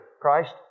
Christ